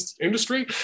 industry